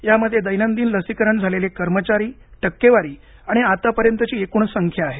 यामध्ये दैनंदिन लसीकरण झालेले कर्मचारी टक्केवारी आणि आतापर्यंतची एकूण संख्या आहे